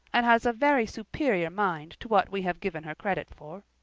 and has a very superior mind to what we have given her credit for.